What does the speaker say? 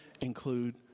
include